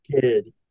kid